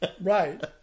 Right